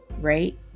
right